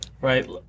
right